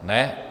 Ne.